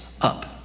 up